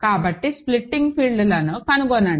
కాబట్టి splitting field లను కనుగొనండి